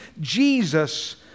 Jesus